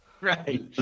Right